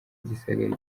gisagara